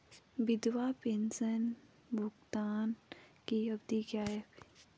विधवा पेंशन भुगतान की अवधि क्या है?